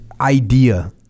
idea